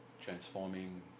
transforming